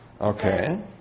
Okay